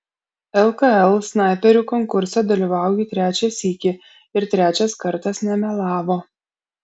lkl snaiperių konkurse dalyvauju trečią sykį ir trečias kartas nemelavo